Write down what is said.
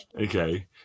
Okay